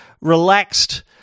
relaxed